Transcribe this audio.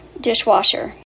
dishwasher